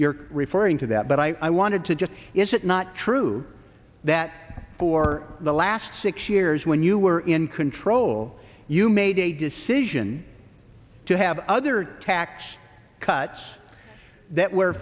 you're referring to that but i i wanted to just is it not true that for the last six years when you were in control you made a decision to have other tax cuts that were